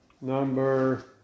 number